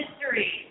history